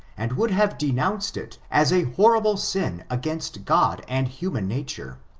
and would have denounced it as a horrible sin against god and human nature.